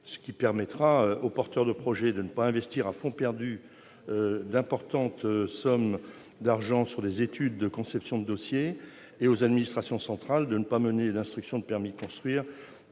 Cela permettra aux porteurs de projets de ne pas investir à fonds perdu d'importantes sommes d'argent dans les études et la conception des dossiers et aux administrations centrales de ne pas mener une instruction de permis de construire